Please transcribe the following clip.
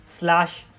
slash